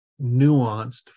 nuanced